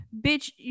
bitch